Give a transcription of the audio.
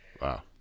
Wow